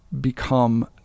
become